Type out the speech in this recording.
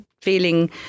feeling